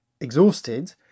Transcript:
exhausted